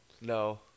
No